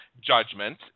judgment